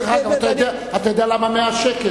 דרך אגב, אתה יודע למה 100 שקל?